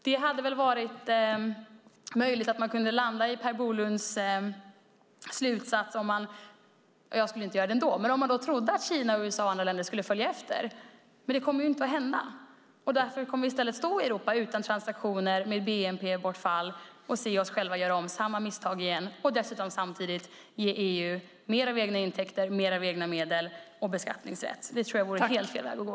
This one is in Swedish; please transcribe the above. Det hade väl varit möjligt att man kunde landa i Per Bolunds slutsats - fast jag skulle inte göra det ändå - om man trodde att Kina, USA och andra länder skulle följa efter. Men det kommer ju inte att hända. Därför kommer vi i stället att stå i Europa utan transaktioner och med bnp-bortfall och se oss själva göra om samma misstag igen och samtidigt ge EU mer egna intäkter, mer egna medel och beskattningsrätt. Det tror jag vore helt fel väg att gå.